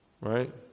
Right